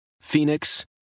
Phoenix